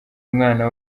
umwana